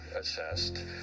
assessed